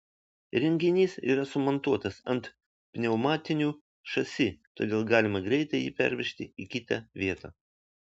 įrenginys yra sumontuotas ant pneumatinių šasi todėl galima greitai jį pervežti į kitą vietą